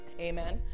Amen